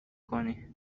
کنی